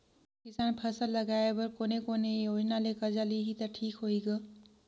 किसान फसल लगाय बर कोने कोने योजना ले कर्जा लिही त ठीक होही ग?